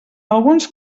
alguns